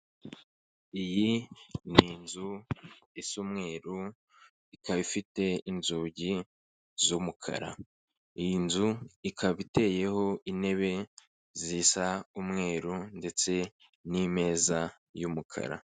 Iyi ni inzu isa umweru ikaba ifite inzugi z'umukara. Iyi nzu ikaba iteyeho intebe zisa umweru ndetse n'imeza y'umukara.